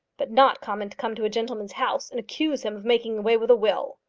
but not common to come to a gentleman's house and accuse him of making away with a will.